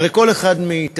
הרי כל אחד מאתנו,